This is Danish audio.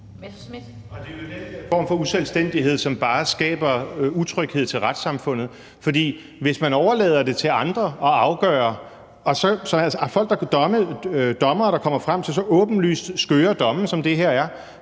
Det er jo den der form for uselvstændighed, som bare skaber utryghed i forhold til retssamfundet. For hvis man overlader det til andre at afgøre det og der er tale om dommere, der kommer frem til så åbenlyst skøre domme, som der her er